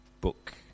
book